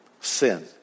sin